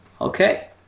Okay